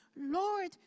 Lord